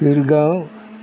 Pilgaon